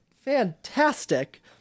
Fantastic